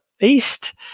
East